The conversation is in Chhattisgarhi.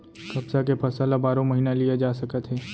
कपसा के फसल ल बारो महिना लिये जा सकत हे